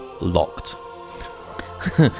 locked